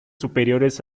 superiores